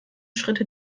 schritte